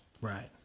Right